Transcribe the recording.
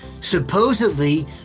supposedly